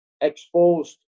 exposed